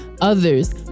others